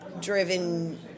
driven